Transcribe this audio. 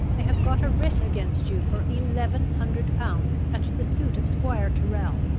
i have got a writ against you for eleven hundred pounds at the suit of squire tyrrel.